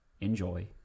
enjoy